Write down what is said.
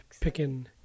picking